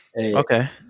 Okay